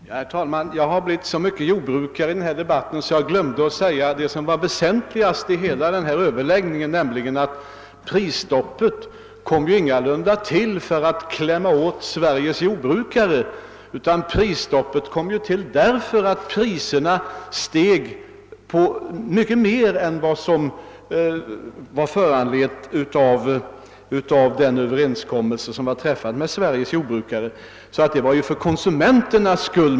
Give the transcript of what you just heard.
Herr talman! Jag har under den här debatten blivit så mycket av jordbrukare att jag glömt att säga det som var det väsentligaste, nämligen att för regeringen har avsikten med prisstoppet ingalunda varit att klämma åt Sveriges jordbrukare. Prisstoppet kom till därför att priserna steg mycket mer än vad som var föranlett av den överenskommelse som träffats med jordbrukarna.